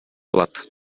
алат